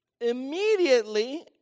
immediately